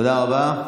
תודה רבה.